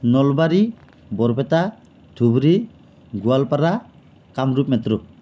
Nalbari Barpeta Dhubri Goalpara Kamrup metro